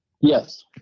Yes